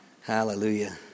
Hallelujah